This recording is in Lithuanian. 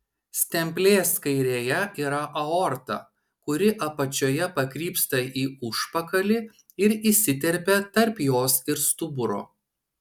stemplės kairėje yra aorta kuri apačioje pakrypsta į užpakalį ir įsiterpia tarp jos ir stuburo